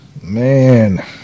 man